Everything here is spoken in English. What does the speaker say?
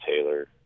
Taylor